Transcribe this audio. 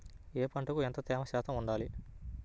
ఏ పంటకు ఎంత తేమ శాతం ఉండాలి?